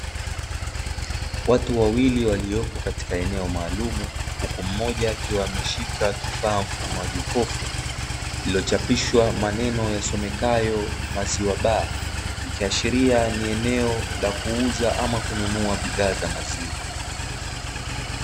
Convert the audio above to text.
Watu wawili waliopo katika eneo maalumu, huku mmoja akiwa ameshika kifaa mfano wa jokofu lililochapishwa maneno yaonekayo maziwa baa ikiashiria ni eneo la kuuza ama kununua bidhaa za maziwa.